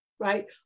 right